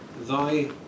thy